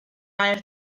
air